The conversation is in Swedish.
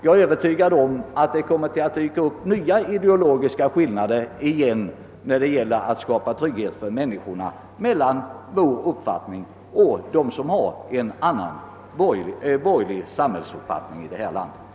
Jag är Övertygad om att nya ideologiska skillnader mellan vår uppfattning och den borgerliga uppfattningen kommer att dyka upp igen i frågor som gäller att skapa trygghet för människorna.